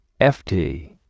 FT